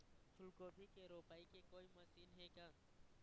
फूलगोभी के रोपाई के कोई मशीन हे का?